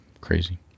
Crazy